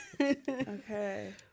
Okay